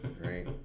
Right